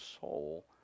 soul